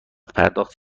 پرداخت